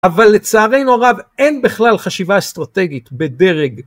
אבל לצערנו הרב, אין בכלל חשיבה אסטרטגית בדרג...